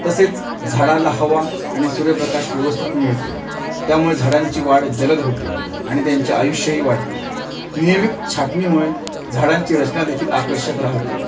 तसेच झाडाला हवा आणि सूर्यप्रकाश व्यवस्थित मिळतो त्यामुळे झाडांची वाढ जलद होते आणि त्यांचे आयुष्यही वाढते नियमित छाटणीमुळे झाडांची रचना देेखील आकर्षक राहते